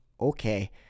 okay